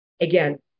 again